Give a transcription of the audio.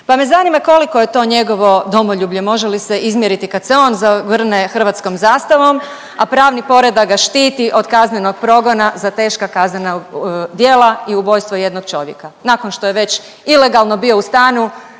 pa me zanima koliko je to njegovo domoljublje, može li se izmjeriti kad se on zaogrne hrvatskom zastavom, a pravni poredak ga štiti od kaznenog progona za teška kaznena djela i ubojstvo jednog čovjeka. Nakon što je već ilegalno bio u stanu,